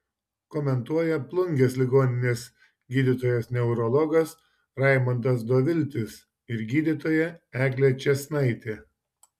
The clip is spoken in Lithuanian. komentuoja plungės ligoninės gydytojas neurologas raimondas doviltis ir gydytoja eglė čėsnaitė